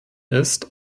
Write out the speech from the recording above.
ist